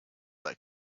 that